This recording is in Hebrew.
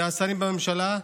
מהשרים בממשלה,